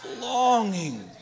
Longing